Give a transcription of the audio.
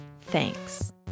Thanks